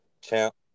champ